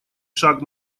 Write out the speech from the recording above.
шаг